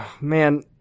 man